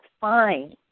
fine